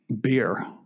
beer